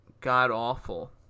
god-awful